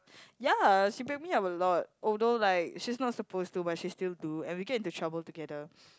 ya she pick me up a lot although like she's not supposed to but she still do and we get into trouble together